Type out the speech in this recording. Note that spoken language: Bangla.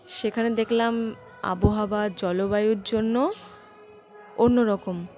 সেখানে দেখলাম আবহাওয়া জলবায়ুর জন্য অন্য রকম